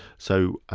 so,